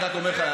אני רק אומר לך,